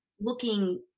looking